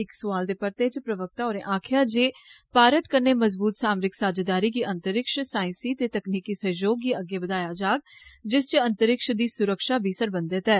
इक सुआलें दे परते च प्रवक्ता होरे आक्खेआ जे भारत कन्नै मौजूदा सामरिक साझेदारी गी अंतरिक्ष साइंसी ते तकनीकी सहयोग गी अग्गै बदाया जाग जिस च अंतरिक्ष दी सुरक्षा बी सरबंधित ऐ